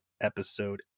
episode